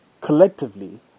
collectively